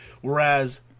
Whereas